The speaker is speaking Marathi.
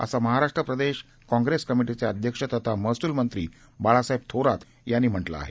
असं महाराष्ट्र प्रदेश काँग्रेस कमिटीचे अध्यक्ष तथा महसूलमंत्री बाळासाहेब थोरात यांनी म्हटलं आहे